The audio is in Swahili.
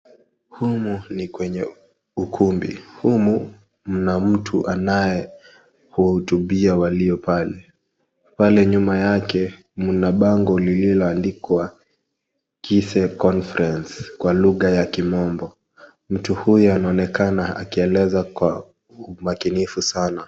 Humu ni kwenye ukumbi. Humu mna mtu ambaye huwahotubia walio pale, pale nyuma yake mna bango lililoandikwa KISE Conference kwa lugha ya kimombo mtu huyu anaonekana akieleza kwa umakinifu sana.